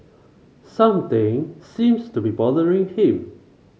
something seems to be bothering him